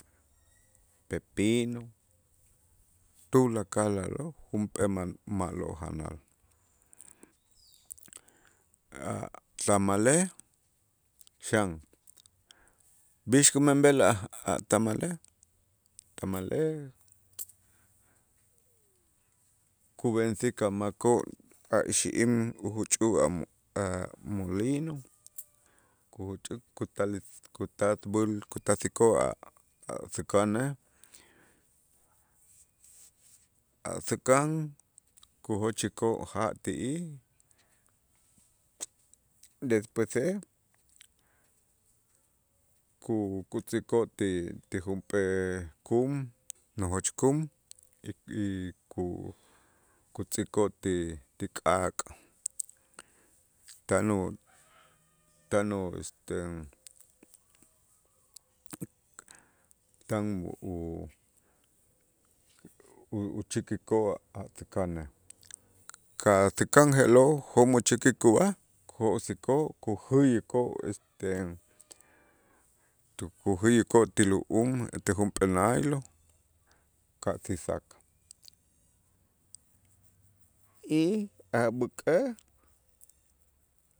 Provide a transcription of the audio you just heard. pepino, tulakal a'lo' junp'ee ma- ma'lo' janal a' samalej xan b'ix kumenb'el a'-a' tamalej tamalej kub'ensik a' makoo' a' ixi'im ujuch'ä' a' a' molino kujuch'äk kutal kutasb'äl kutasikoo' a'-a' sakanej a' säkan kujochikoo' ja' ti'ij, despuese ku- kutz'ikoo' ti- ti junp'ee k'um nojoch k'um y ku- kutz'ikoo' ti- ti k'aak' tan u- tan u este tan u- u- uchäkikoo' a' säkanej ka' säkan je'lo' jo'mo' chäkik ub'aj jok'sikoo' kujäyikoo' este kujäyikoo' ti lu'um ti junp'ee naylo ka' ti sak y a' b'äk'ej